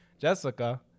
Jessica